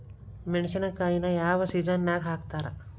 ಮೆಣಸಿನಕಾಯಿನ ಯಾವ ಸೇಸನ್ ನಾಗ್ ಹಾಕ್ತಾರ?